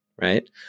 right